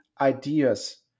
ideas